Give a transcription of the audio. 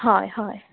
हय हय